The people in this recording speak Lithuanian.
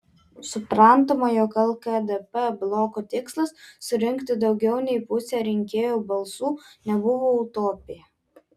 suprantama jog lkdp bloko tikslas surinkti daugiau nei pusę rinkėjų balsų nebuvo utopija